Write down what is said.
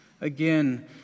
Again